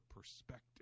perspective